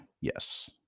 yes